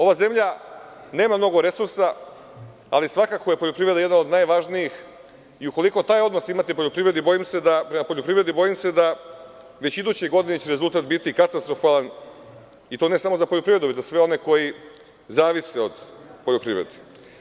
Ova zemlja nema mnogo resursa, ali svako je poljoprivreda jedan od najvažnijih i ukoliko taj odnos imate prema poljoprivredi, bojim se da već iduće godine će rezultat biti katastrofalan i to ne samo za poljoprivredu, već i za sve one koji zavise od poljoprivrede.